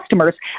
customers